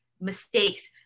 mistakes